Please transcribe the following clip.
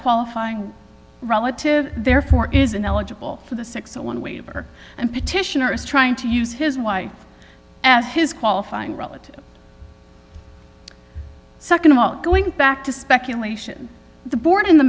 qualifying relative therefore isn't eligible for the six on one waiver and petitioner is trying to use his wife as his qualifying relative second of all going back to speculation the board in the